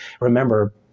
remember